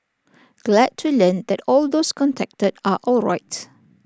glad to learn that all those contacted are alright